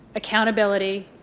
accountability.